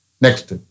Next